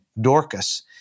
Dorcas